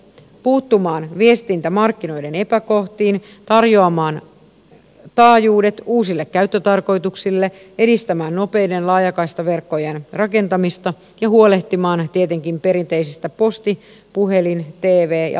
puuttumaan viestintämarkkinoiden epäkohtiin tarjoamaan taajuudet uusille käyttötarkoituksille edistämään nopeiden laajakaistaverkkojen rakentamista ja tietenkin huolehtimaan perinteisistä posti puhelin tv ja laajakaistapalveluiden vähimmäistasoista